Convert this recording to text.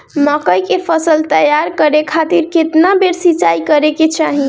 मकई के फसल तैयार करे खातीर केतना बेर सिचाई करे के चाही?